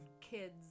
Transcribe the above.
kids